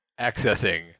Accessing